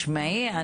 שמעי,